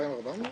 2400?